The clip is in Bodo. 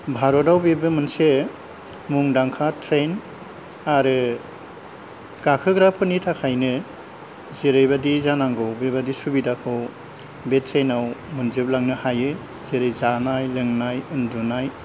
भारताव बेबो मोनसे मुंदांखा ट्रेन आरो गाखोग्राफोरनि थाखायनो जेरैबायदि जानांगौ बेबायदि सुबिदाखौ बे ट्रेनाव मोनजोबलांनो हायो जेरै जानाय लोंनाय उन्दुनाय